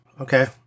okay